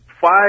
five